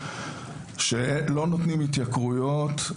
שלא נותנים התייקרויות,